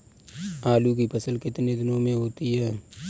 आलू की फसल कितने दिनों में होती है?